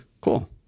cool